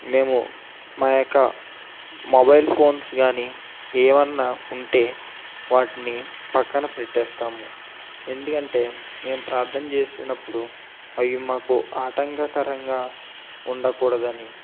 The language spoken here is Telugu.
మేము మా యొక్క మొబైల్ ఫోన్స్ కాని ఏమన్న ఉంటే వాటిని పక్కన పెట్టెస్తాము ఎందుకంటే మేము ప్రార్థన చేసినప్పుడు అవి మాకు ఆటంకకరంగా ఉండకూడదు అని